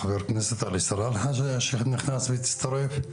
חבר הכנסת עלי סלאלחה שנכנס והצטרף.